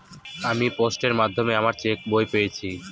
আমি পোস্টের মাধ্যমে আমার চেক বই পেয়েছি